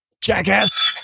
jackass